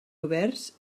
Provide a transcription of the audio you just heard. oberts